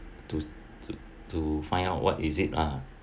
to to to find out what is it lah